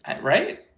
Right